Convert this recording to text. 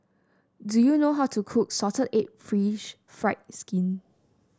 do you know how to cook Salted Egg fish fried skin